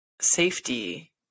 safety